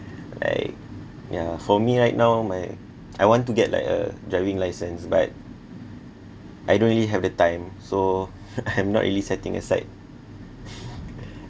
like yeah for me right now my I want to get like a driving license but I don't really have the time so I'm not really setting aside